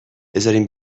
بذارین